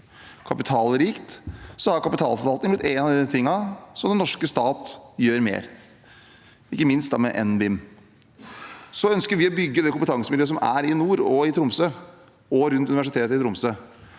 kapitalrikt, er kapitalforvaltning blitt noe som den norske stat gjør mer av, ikke minst med NBIM. Vi ønsker å bygge det kompetansemiljøet som er i nord, i Tromsø og rundt Universitetet i Tromsø.